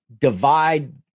Divide